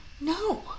No